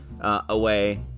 away